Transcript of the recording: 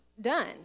done